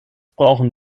brauchen